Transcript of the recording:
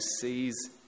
sees